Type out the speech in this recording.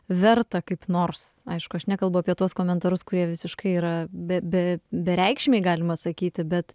verta kaip nors aišku aš nekalbu apie tuos komentarus kurie visiškai yra be be bereikšmiai galima sakyti bet